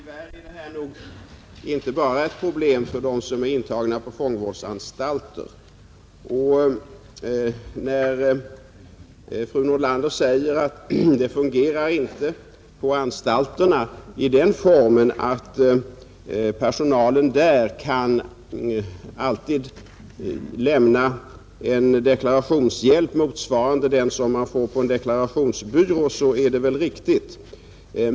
Fru talman! Tyvärr är detta nog inte bara ett problem för dem som är intagna på fångvårdsanstalter. Fru Nordlander säger att systemet på anstalterna inte fungerar i den formen att personalen där alltid kan lämna en deklarationshjälp motsvarande den som man får på en deklarationsbyrå, och det är väl riktigt.